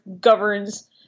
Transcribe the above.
governs